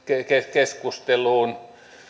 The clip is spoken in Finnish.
keskusteluun